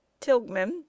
Tilgman